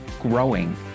growing